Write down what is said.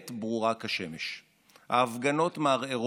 בדיוק כמו ההתנצלות הפופוליסטית של ברק רגע לפני הבחירות